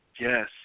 Yes